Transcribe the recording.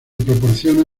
proporcionan